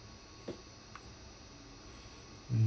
mm